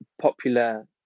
popular